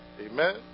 Amen